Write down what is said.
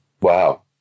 Wow